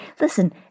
Listen